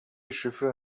schiffe